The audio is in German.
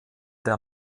der